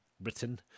Britain